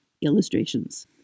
Illustrations